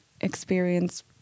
experience